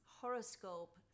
horoscope